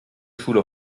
schule